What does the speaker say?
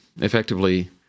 effectively